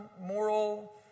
moral